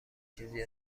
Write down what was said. چیزی